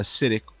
acidic